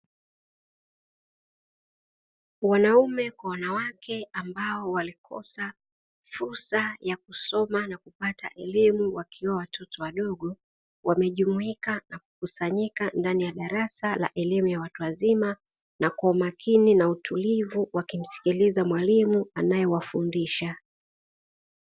Wanaume kwa wanawake ambao walikosa fursa ya kusoma na kupata elimu wakiwa watoto wadogo, wamejumuika na kukusanyika ndani ya darasa la elimu ya watu wazima, na kwa umakini na utulivu wakimsikiliza mwalimu anayewafundisha.